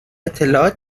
اطلاعات